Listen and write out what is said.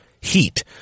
HEAT